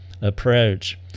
approach